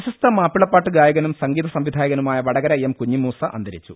പ്രശസ്ത മാപ്പിളപ്പാട്ട് ഗായകനും സംഗീത സംവിധായകനുമായ വടകർ എം കുഞ്ഞിമൂസ അന്തരിച്ചു